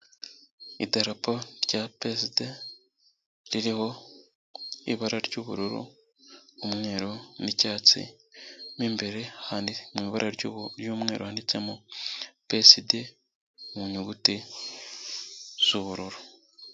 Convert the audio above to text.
Idarapo rya PSD ririho ibara ry'ubururu, umweru n'icyatsi, mo imbere handitse mu ibara ry'umweru, handitsemo PSD, mu nyuguti z'ubururu.